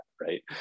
right